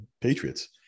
Patriots